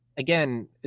again